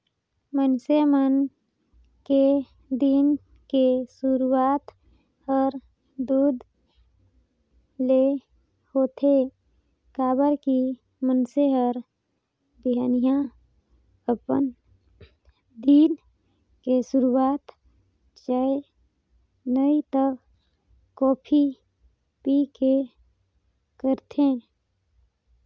मइनसे मन के दिन के सुरूआत हर दूद ले होथे काबर की मइनसे हर बिहनहा अपन दिन के सुरू चाय नइ त कॉफी पीके करथे